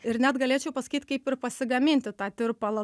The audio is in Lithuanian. ir net galėčiau pasakyt kaip ir pasigaminti tą tirpalą